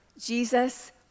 Jesus